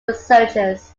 researchers